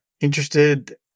interested